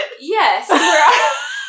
Yes